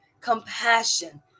compassion